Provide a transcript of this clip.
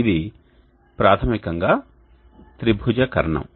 ఇది ప్రాథమికంగా త్రిభుజ కర్ణము